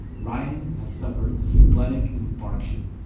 ryan had suffered a splenic infarction.